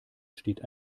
steht